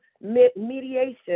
mediation